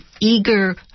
eager